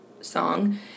song